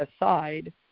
aside